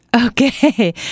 Okay